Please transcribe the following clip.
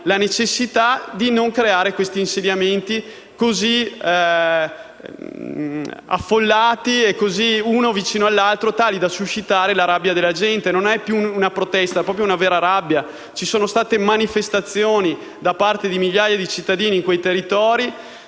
la necessità di non creare questi insediamenti così affollati e vicini, tanto da suscitare la rabbia della gente. Non è più una protesta, ma una vera rabbia. Ci sono state manifestazioni da parte di migliaia di cittadini in quei territori